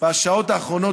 בשעות האחרונות,